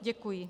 Děkuji.